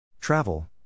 Travel